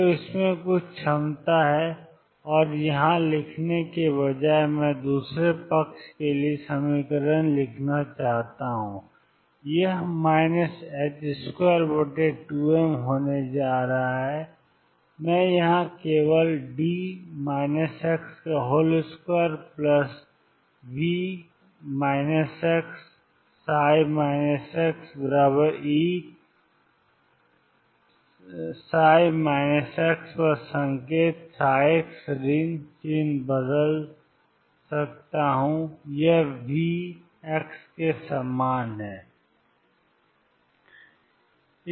तो इसमें कुछ क्षमता है और यहां लिखने के बजाय मैं दूसरे पक्ष के लिए समीकरण लिखना चाहता हूं यह 22m होने जा रहा है मैं यहां केवल d x2 plus V x xEψ पर संकेत x ऋण चिह्न बदल सकता हूं यह V के समान है